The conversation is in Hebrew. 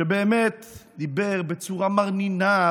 שבאמת דיבר בצורה מרנינה,